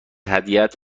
هدیهات